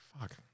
Fuck